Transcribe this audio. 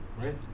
Right